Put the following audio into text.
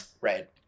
Right